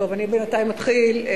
טוב, אני בינתיים אתחיל.